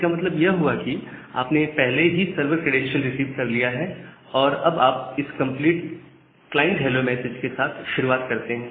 इसका मतलब यह हुआ कि आपने पहले ही सर्वर क्रैडेंशियल्स रिसीव कर लिया है और अब आप इस कंप्लीट क्लाइंट हैलो मैसेज के साथ शुरुआत कर सकते हैं